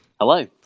Hello